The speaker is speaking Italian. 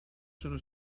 sono